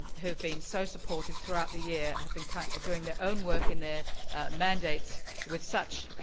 who've been so supportive throughout the year. have been kind of doing their own work in their mandates with such